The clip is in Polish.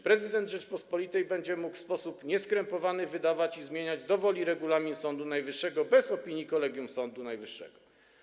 Prezydent Rzeczypospolitej będzie mógł w sposób nieskrępowany wydawać i do woli zmieniać regulamin Sądu Najwyższego bez opinii Kolegium Sądu Najwyższego.